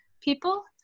people